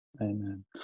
Amen